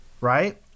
right